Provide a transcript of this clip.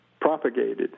propagated